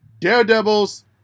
Daredevil's